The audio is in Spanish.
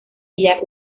ella